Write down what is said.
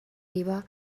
riba